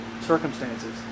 circumstances